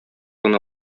гына